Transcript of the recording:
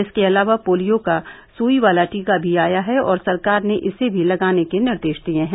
इसके अलावा पोलियो का सुई वाला टीका भी आया है और सरकार ने इसे भी लगाने के निर्देश दिए हैं